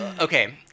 okay